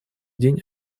день